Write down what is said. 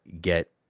get